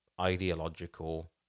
ideological